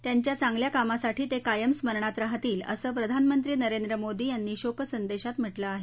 त्यांच्या चांगल्या कामासाठी ते कायम स्मरणात राहतील असं प्रधानमंत्री नरेंद्र मोदी यांनी शोकसंदेशात म्हटलं आहे